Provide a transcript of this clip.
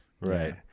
Right